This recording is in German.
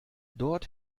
dort